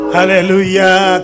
Hallelujah